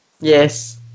Yes